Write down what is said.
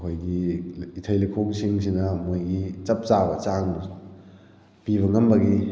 ꯑꯩꯈꯣꯏꯒꯤ ꯏꯊꯩ ꯂꯧꯈꯣꯡꯁꯤꯡꯁꯤꯅ ꯃꯣꯏꯒꯤ ꯆꯞ ꯆꯥꯕ ꯆꯥꯡꯗꯣ ꯄꯤꯕ ꯉꯝꯕꯒꯤ